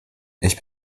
ich